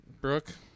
Brooke